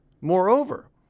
Moreover